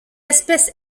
espèce